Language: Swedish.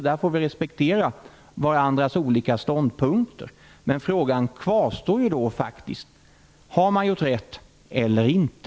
Där får vi respektera varandras olika ståndpunkter. Men frågan kvarstår: Har man gjort rätt eller inte?